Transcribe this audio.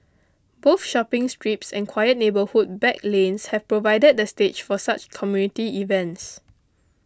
both shopping strips and quiet neighbourhood back lanes have provided the stage for such community events